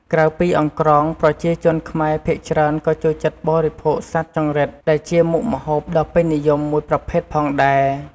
ក្រៅពីអង្រ្កង ប្រជាជនខ្មែរភាគច្រើនក៏ចូលបរិភោគសត្វចង្រិតដែលជាមុខម្ហូបដ៏ពេញនិយមមួយប្រភេទផងដែរ។